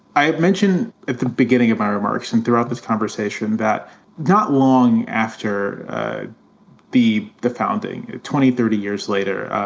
i have mentioned at the beginning of my remarks and throughout this conversation that not long after the the founding, twenty, thirty years later,